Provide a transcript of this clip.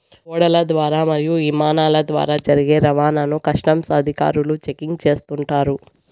ఓడల ద్వారా మరియు ఇమానాల ద్వారా జరిగే రవాణాను కస్టమ్స్ అధికారులు చెకింగ్ చేస్తుంటారు